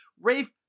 Rafe